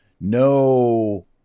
no